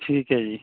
ਠੀਕ ਹੈ ਜੀ